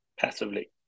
Passively